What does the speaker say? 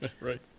right